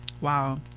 wow